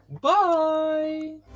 Bye